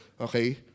okay